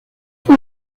fue